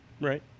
Right